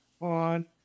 on